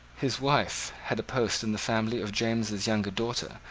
his wife had a post in the family of james's younger daughter,